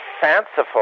fanciful